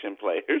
players